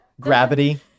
gravity